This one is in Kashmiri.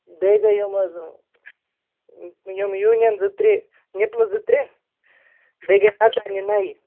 بیٚیہِ گٔے یِم حظ یِم یوٗنیَن زٕ ترٛےٚ نِپلہٕ زٕ ترٛےٚ بیٚیہِ گٔے اَننہِ نَیہِ